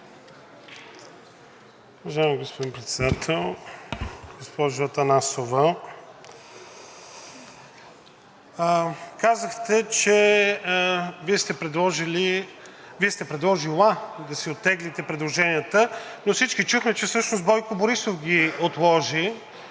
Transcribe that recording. Бойко Борисов ги отложи.